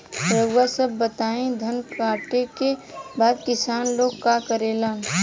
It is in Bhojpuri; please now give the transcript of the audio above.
रउआ सभ बताई धान कांटेके बाद किसान लोग का करेला?